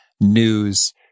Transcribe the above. news